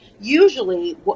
usually